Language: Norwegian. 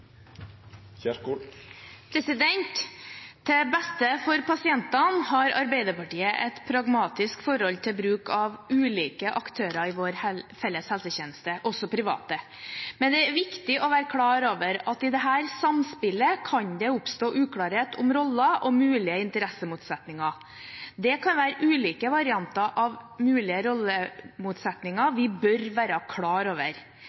til. Til beste for pasientene har Arbeiderpartiet et pragmatisk forhold til bruk av ulike aktører i vår felles helsetjeneste, også private. Men det er viktig å være klar over at i dette samspillet kan det oppstå uklarhet om roller og mulige interessemotsetninger. Det kan være ulike varianter av mulige rollemotsetninger vi bør være klar over.